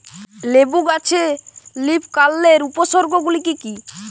লেবু গাছে লীফকার্লের উপসর্গ গুলি কি কী?